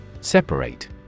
Separate